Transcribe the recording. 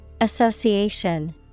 Association